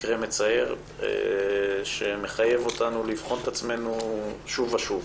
מקרה מצער, שמחייב אותנו לבחון את עצמנו שוב ושוב.